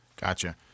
Gotcha